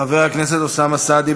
חבר הכנסת אוסאמה סעדי,